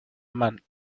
mal